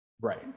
right